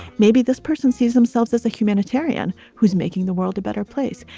maybe this person sees themselves as a humanitarian who's making the world a better place.